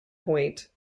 point